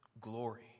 glory